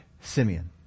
Simeon